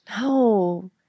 No